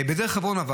אבל בדרך חברון,